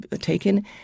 taken